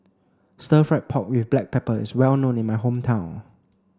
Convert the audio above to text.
stir fried pork with black pepper is well known in my hometown